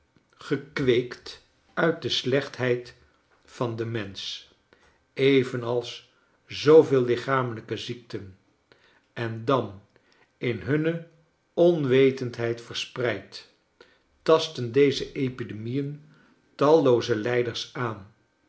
gekweekt uit de slechtheid van den mensch evenals zooveel lichamelijke ziekten en dan in hunne onwetendheid verspreid tasten deze epidemieen tallooze lij ders aan